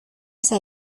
esa